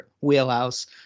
wheelhouse